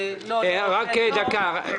אני מקבלת דיווחים --- יוליה,